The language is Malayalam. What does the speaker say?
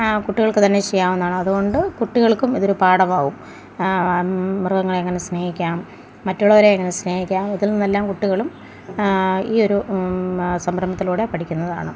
കുട്ടികൾക്ക് തന്നെ ചെയ്യാവുന്നതാണ് അതുകൊണ്ട് കുട്ടികൾക്കും ഇതൊരു പാഠം ആവും മൃഗങ്ങളെ എങ്ങനെ സ്നേഹിക്കാം മറ്റുള്ളവരെ എങ്ങനെ സ്നേഹിക്കാം ഇതിൽ നിന്നെല്ലാം കുട്ടികളും ഈ ഒരു നാ സംരംഭത്തിലൂടെ പഠിക്കുന്നതാണ്